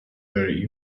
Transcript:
very